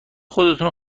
خودتونو